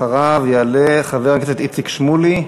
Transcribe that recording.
אחריו יעלה חבר הכנסת איציק שמולי,